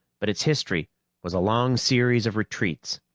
but its history was a long series of retreats.